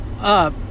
up